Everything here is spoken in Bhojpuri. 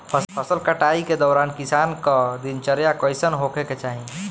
फसल कटाई के दौरान किसान क दिनचर्या कईसन होखे के चाही?